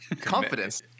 confidence